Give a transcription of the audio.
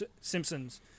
Simpsons